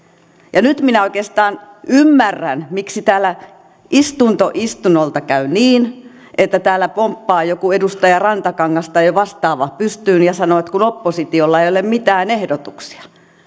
ja nyt minä oikeastaan ymmärrän miksi täällä istunto istunnolta käy niin että täällä pomppaa joku edustaja rantakangas tai vastaava pystyyn ja sanoo että oppositiolla ei ei ole mitään ehdotuksia